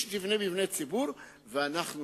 כולם.